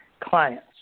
clients